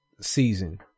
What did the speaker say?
season